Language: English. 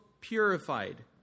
purified